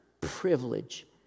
privilege